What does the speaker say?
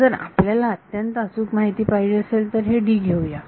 जर आपल्याला अत्यंत अचूक माहिती पाहिजे असेल तर हे D घेऊया